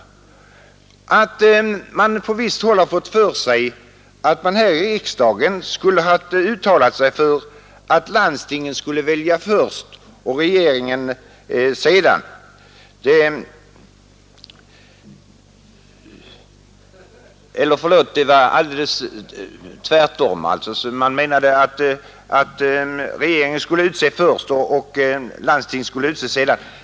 Jag vet inte varifrån man på visst håll har fått uppfattningen att riksdagen skulle ha uttalat sig för att regeringen skulle utse ledamöterna först och landstingen sedan.